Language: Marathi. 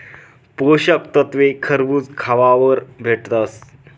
पोषक तत्वे खरबूज खावावर भेटतस